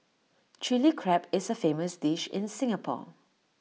Chilli Crab is A famous dish in Singapore